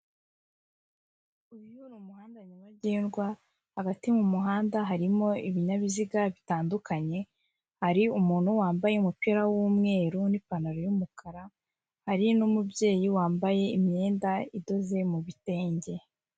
Uyu mu umuhanda nyabagendwa hagati mu muhanda harimo ibinyabiziga bitandukanye, hari umuntu wambaye umupira w'umweru n'ipantaro y'umukara, hari umubyeyi wambaye imyenda idoze mu gitenge.